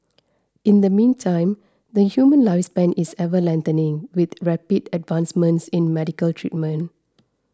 in the meantime the human lifespan is ever lengthening with rapid advancements in medical treatment